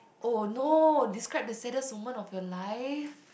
oh no describe the saddest moment of your life